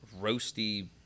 roasty